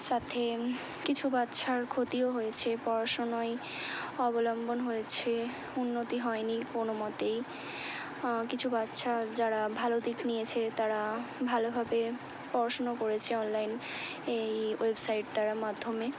সাথে কিছু বাচ্চার ক্ষতিও হয়েছে পড়াশোনায় অবলম্বন হয়েছে উন্নতি হয় নি কোনোমতেই কিছু বাচ্চা যারা ভালো দিক নিয়েছে তারা ভালোভাবে পড়াশোনা করেছে অনলাইন এই ওয়েবসাইটটার মাধ্যমে